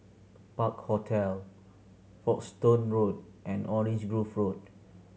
Park Hotel Folkestone Road and Orange Grove Road